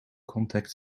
contact